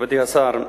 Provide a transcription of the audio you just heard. מכובדי השר,